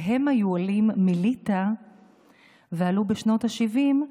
שהיו עולים מליטא ועלו בשנות השבעים,